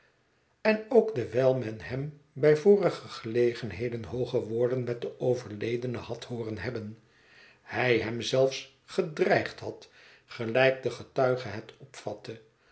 en ook dewijl men hem bij vorige gelegenheden hooge woorden met den overledene had hooren hebben hij hem zelfs gedreigd had gelijk de getuige het opvatte